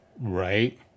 right